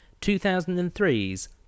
2003's